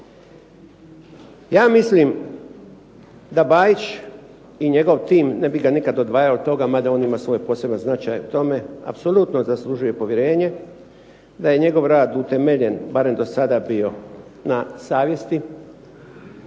Ja mislim da Bajić i njegov tim, ne bi ga nikad odvajao od toga, mada on ima svoj poseban značaj u tome, apsolutno zaslužuje povjerenje, da je njegov rad utemeljen, barem do sada bio na savjesti,